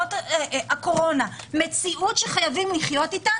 הגבלות הקורונה מציאות שחייבים לחיות איתה,